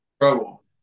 trouble